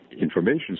information